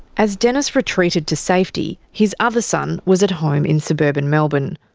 as denis retreated to safety, his other son was at home in suburban melbourne,